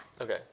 Okay